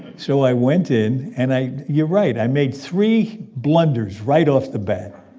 so i went in. and i you're right i made three blunders right off the bat.